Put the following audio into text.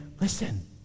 listen